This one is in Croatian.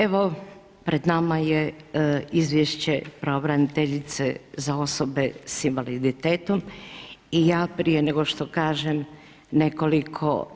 Evo pred nama je Izvješće pravobraniteljice za osobe sa invaliditetom i ja prije nego što kažem nekoliko